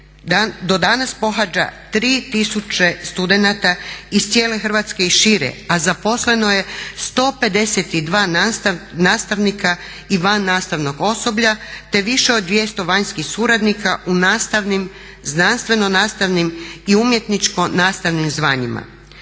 do danas pohađa 3000 studenata iz cijele Hrvatske i šire, a zaposleno je 152 nastavnika i vannastavnog osoblja te više od 200 vanjskih suradnika u nastavnim znanstveno-nastavnim i umjetničko-nastavnim zvanjima.